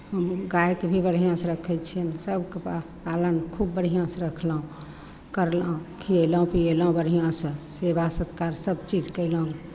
गायके भी बढ़िआँसँ रखै छियनि सभके पा पालन खूब बढ़िआँसँ रखलहुँ करलहुँ खिअयलहुँ पिअयलहुँ बढ़िआँसँ सेवा सत्कार सभचीज कयलहुँ